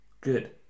Good